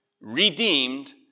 redeemed